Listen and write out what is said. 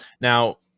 now